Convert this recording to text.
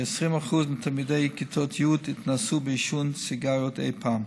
כ-20% מתלמידי כיתות י' התנסו בעישון סיגריות אי-פעם.